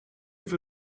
für